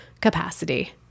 capacity